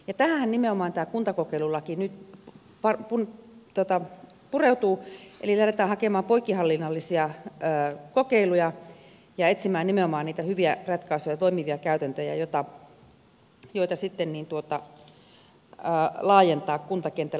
tähänhän nimenomaan tämä kuntakokeilulaki nyt pureutuu eli lähdetään hakemaan poikkihallinnollisia kokeiluja ja etsimään nimenomaan niitä hyviä ratkaisuja ja toimivia käytäntöjä joita sitten laajentaa kuntakentällä